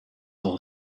all